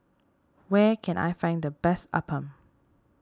where can I find the best Appam